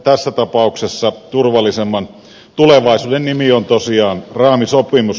tässä tapauksessa turvallisemman tulevaisuuden nimi on tosiaan raamisopimus